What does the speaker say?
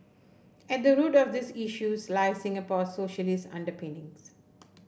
at the root of these issues lie Singapore's socialists underpinnings